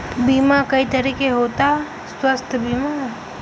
बीमा कई तरह के होता स्वास्थ्य बीमा?